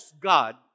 God